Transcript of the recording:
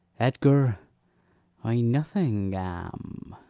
edgar i nothing am.